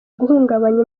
guhungabanya